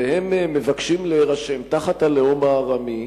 והם מבקשים להירשם תחת הלאום "ארמי",